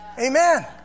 Amen